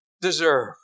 deserve